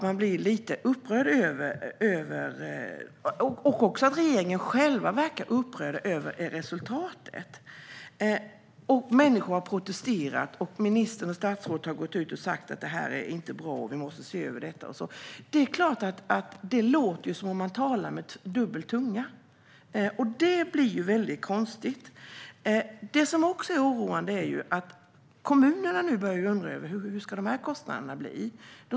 Man blir lite upprörd över, och regeringen själv verkar upprörd över, resultatet. Människor har protesterat. Statsrådet har gått ut och sagt: Det här är inte bra, och vi måste se över detta. Det låter som att man talar med dubbel tunga. Det blir väldigt konstigt. Det som också är oroande är att kommunerna nu börjar undra över hur kostnaderna ska bli.